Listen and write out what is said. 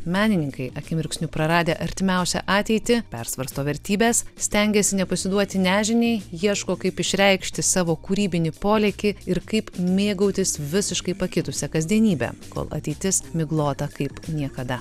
menininkai akimirksniu praradę artimiausią ateitį persvarsto vertybes stengiasi nepasiduoti nežiniai ieško kaip išreikšti savo kūrybinį polėkį ir kaip mėgautis visiškai pakitusia kasdienybe kol ateitis miglota kaip niekada